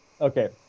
Okay